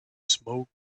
smoke